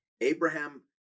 Abraham